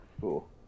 cool